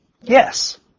yes